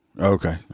Okay